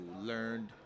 learned